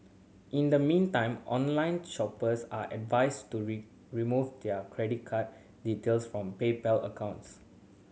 in the meantime online shoppers are advised to remove their credit card details from PayPal accounts